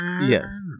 Yes